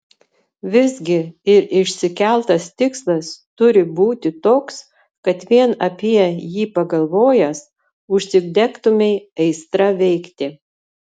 visgi ir išsikeltas tikslas turi būti toks kad vien apie jį pagalvojęs užsidegtumei aistra veikti